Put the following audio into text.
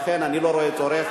לכן אני לא רואה צורך,